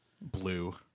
Blue